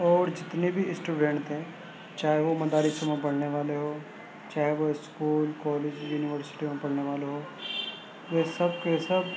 اور جتنے بھی اسٹوڈنٹ تھے چاہے وہ مدارسوں میں پڑھنے والے ہوں چاہے وہ اسکول کالج یونیورسٹیوں پڑھنے والے ہو یہ سب کے سب